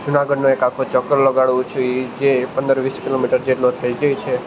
જુનાગઢનો એક આખો ચક્કર લગાવું છું એ જે પંદર વીસ કિલોમીટર જેટલો થઈ જાય છે